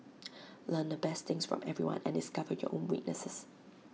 learn the best things from everyone and discover your own weaknesses